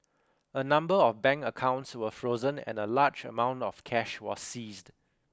a number of bank accounts were frozen and a large amount of cash was seized